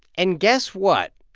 and guess what.